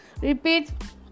Repeat